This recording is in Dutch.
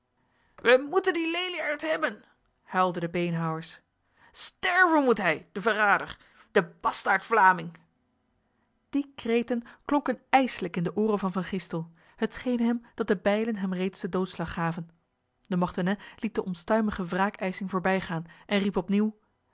wij moeten de leliaard hebben huilden de beenhouwers sterven moet hij de verrader de bastaardvlaming die kreten klonken ijslijk in de oren van van gistel het scheen hem dat de bijlen hem reeds de doodslag gaven de mortenay liet de onstuimige wraakeising voorbijgaan en riep opnieuw